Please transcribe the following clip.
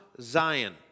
Zion